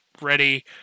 ready